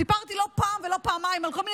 סיפרתי לא פעם ולא פעמיים על כל מיני